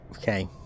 Okay